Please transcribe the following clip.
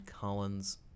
Collins